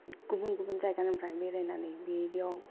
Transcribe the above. गुबुन गुबुन जायगानिफ्राय बेरायनानै बेयाव